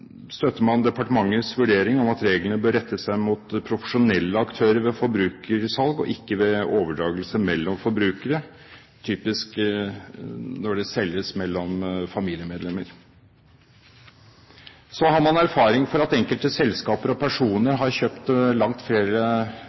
støtter man departementets vurdering om at reglene bør rette seg mot profesjonelle aktører ved forbrukersalg og ikke ved overdragelse mellom forbrukere, som er typisk når det selges mellom familiemedlemmer. Så har man erfaring for at enkelte selskaper og personer har kjøpt langt flere